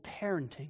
parenting